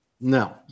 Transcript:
No